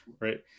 Right